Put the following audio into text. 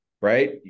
right